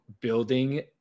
building